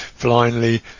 blindly